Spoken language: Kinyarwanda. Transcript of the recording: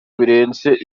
kirenze